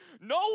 no